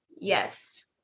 yes